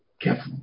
careful